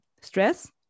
stress